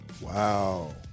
Wow